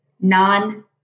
non